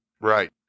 Right